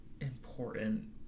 important